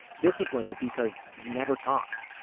disciplined because he never talked.